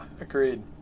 agreed